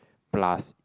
plus